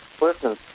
Listen